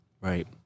Right